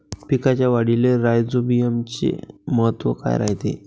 पिकाच्या वाढीले राईझोबीआमचे महत्व काय रायते?